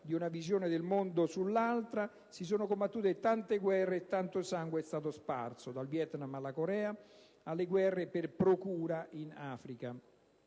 di una visione del mondo sull'altra, si sono combattute tante guerre e tanto sangue è stato sparso, dal Vietnam alla Corea alle guerre "per procura" in Africa.